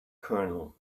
colonel